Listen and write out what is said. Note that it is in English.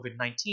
COVID-19